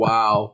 Wow